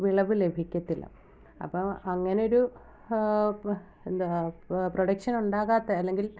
വിളവ് ലഭിക്കത്തില്ല അപ്പോൾ അങ്ങനൊരു എന്താ പ്രൊ പ്രൊഡക്ഷൻ ഉണ്ടാകാത്ത അല്ലെങ്കിൽ